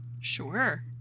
sure